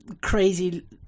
crazy